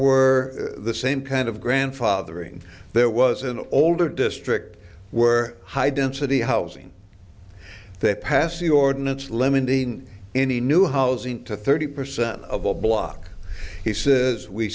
were the same kind of grandfathering there was an older district where high density housing that passed the ordinance lending any new housing to thirty percentage of a block he says we